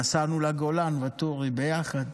נסענו לגולן, ואטורי, ביחד.